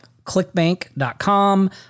Clickbank.com